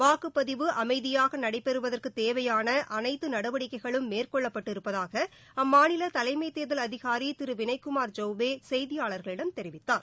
வாக்குப்பதிவு அமைதியாக நடைபெறுவதற்கு தேவையான அனைத்து நடவடிக்கைகளும் மேற்கொள்ளப்பட்டிருப்பதாக அம்மாநில தலைமை தேர்தல் அதிகாரி திரு வினய்குமார் சௌவ்பே செய்தியாளர்களிடம் தெரிவித்தார்